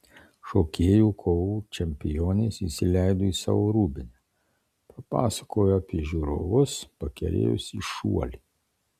šokėjų kovų čempionės įsileido į savo rūbinę papasakojo apie žiūrovus pakerėjusį šuolį